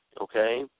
okay